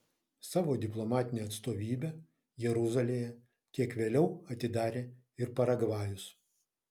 savo diplomatinę atstovybę jeruzalėje kiek vėliau atidarė ir paragvajus